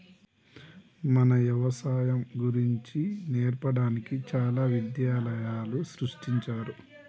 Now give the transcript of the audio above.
మన యవసాయం గురించి నేర్పడానికి చాలా విద్యాలయాలు సృష్టించారు